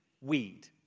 weed